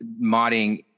modding